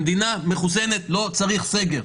במדינה מחוסנת לא צריך סגר,